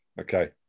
Okay